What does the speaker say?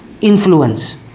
influence